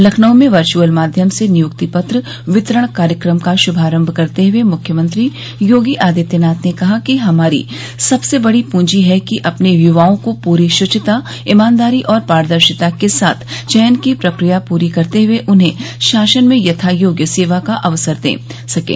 लखनऊ में वर्चअल माध्यम से नियुक्ति पत्र वितरण कार्यक्रम का श्भारम्भ करते हुए मुख्यमंत्री योगी आदित्यनाथ ने कहा कि हमारी सबसे बड़ी पंजी है कि अपने यवाओं को परी शविता ईमानदारी और पारदर्शिता के साथ चयन की प्रकिया पूरी करते हए उन्हें शासन में यथायोग्य सेवा का अवसर दे सकें